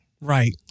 Right